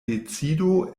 decido